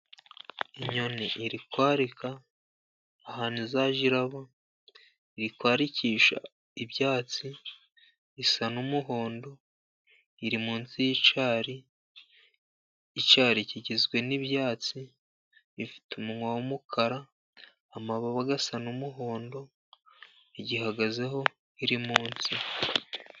Inyoni iri kwarika ahantu izajya iba. Irikwarikisha ibyatsi, isa n'umuhondo, iri munsi y'icyari, icyari kigizwe n'ibyatsi. Ifite umunwa w'umukara, amababa asa n'umuhondo igihagazeho iri munsi.